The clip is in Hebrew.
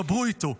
דברו איתו,